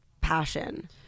passion